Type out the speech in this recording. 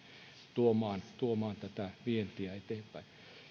tuomaan tuomaan vientiä eteenpäin